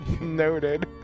noted